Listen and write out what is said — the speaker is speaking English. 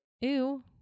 Ew